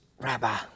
rabbi